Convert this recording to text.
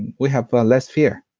and we have less fear.